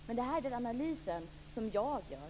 Detta är den analys som jag gör.